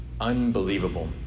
Unbelievable